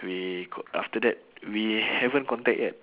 we co~ after that we haven't contact yet